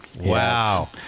wow